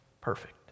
perfect